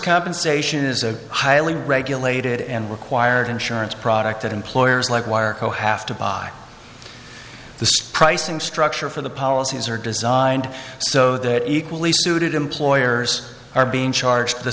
compensation is a highly regulated and required insurance product that employers like wire co have to buy the pricing structure for the policies are designed so that equally suited employers are being charged